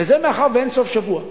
וזה מאחר שאין סוף-שבוע אמיתי.